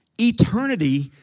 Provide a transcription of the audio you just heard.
Eternity